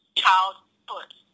childhood